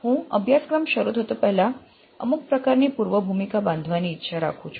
હું અભ્યાસક્રમ શરૂ કરતા પહેલા પ્રમુક પ્રકાર ની પૂર્વ ભૂમિકા બાંધવાની ઈચ્છા રાખું છું